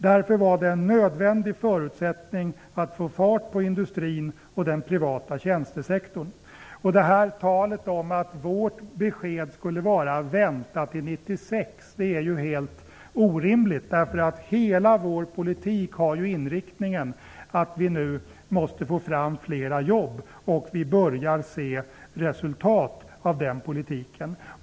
Därför var det en nödvändig förutsättning att få fart på industrin och den privata tjänstesektorn. Talet om att vårt besked skulle vara att vi skall vänta till 1996 är helt orimligt. Hela vår politik har ju inriktningen att vi nu måste få fram fler jobb. Vi börjar nu se resultat av den politiken.